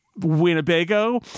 Winnebago